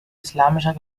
islamischer